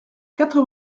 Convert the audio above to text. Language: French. quatre